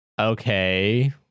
okay